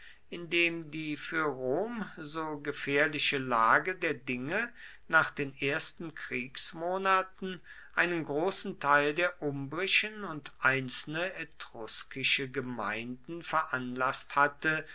indem die für rom so gefährliche lage der dinge nach den ersten kriegsmonaten einen großen teil der umbrischen und einzelne etruskische gemeinden veranlaßt hatte